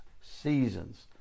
seasons